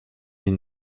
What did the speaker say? est